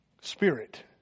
Spirit